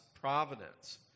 providence